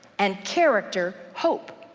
and character, hope.